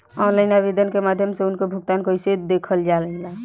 Online आवेदन के माध्यम से उनके भुगतान कैसे देखल जाला?